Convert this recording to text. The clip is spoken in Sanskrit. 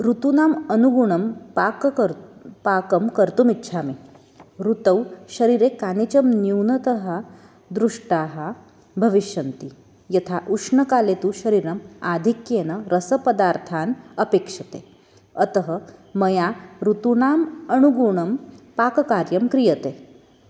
ऋतूनाम् अनुगुणं पाककर् पाकं कर्तुम् इच्छामि ऋतौ शरीरे कानिचन न्यूनताः दृष्टाः भविष्यन्ति यथा उष्णकाले तु शरीरम् आधिक्येन रसपदार्थान् अपेक्ष्यते अतः मया ऋतूनाम् अनुगुणं पाककार्यं क्रियते